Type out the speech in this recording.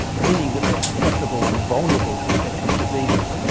meaning that they're susceptible and vulnerable to infectious diseases,